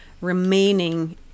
remaining